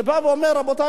ובא ואומר: רבותי,